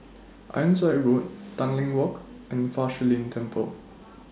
Ironside Road Tanglin Walk and Fa Shi Lin Temple